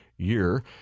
Year